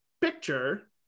picture